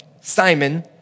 Simon